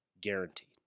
Guaranteed